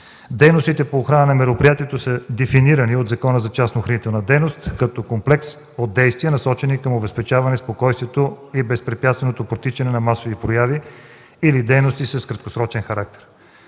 Дейностите по охраната на мероприятието са дефинирани от Закона за частната охранителна дейност като комплекс от действия, насочени към обезпечаване спокойствието и безпрепятственото протичане на масови прояви или дейности с краткосрочен характер.